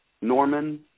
Norman